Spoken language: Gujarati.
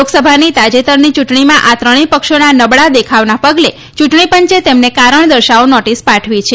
લોકસભાની તાજેતરની યૂંટણીમાં આ ત્રણેય પક્ષોના નબળા દેખાવના પગલે ચૂંટણી પંચે તેમને કારણ દર્શાવો નોટિસ પાઠવી છે